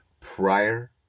prior